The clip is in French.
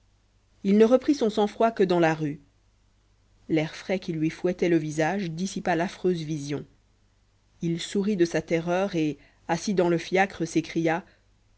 il ne reprit son sang-froid que dans la rue l'air frais qui lui fouettait le visage dissipa l'affreuse vision il sourit de sa terreur et assis dans le fiacre s'écria